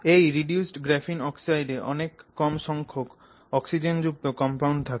এই reduced graphene অক্সাইডে অনেক কম সংখ্যক অক্সিজেনযুক্ত কম্পাউন্ড থাকে